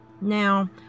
now